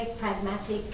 pragmatic